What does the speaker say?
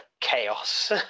chaos